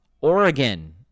Oregon